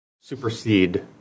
supersede